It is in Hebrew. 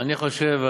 אני חושב,